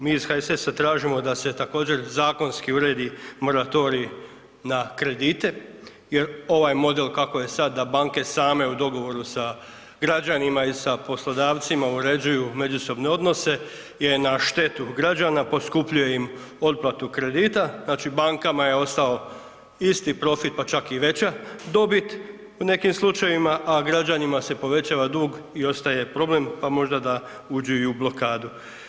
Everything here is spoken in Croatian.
Mi iz HSS-a tražimo da se također zakonski uredi moratorij na kredite jer ovaj model kako je sad da banke same u dogovoru sa građanima i sa poslodavcima uređuju međusobne odnose je na štetu građana poskupljuje im otplatu kredita, znači bankama je ostao isti profit, pa čak i veća dobit u nekim slučajevima, a građanima se povećava dug i ostaje problem, a možda da uđu i u blokadu.